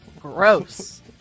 Gross